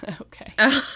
Okay